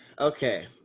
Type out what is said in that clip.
Okay